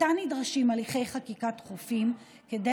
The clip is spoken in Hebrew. עתה נדרשים הליכי חקיקה דחופים כדי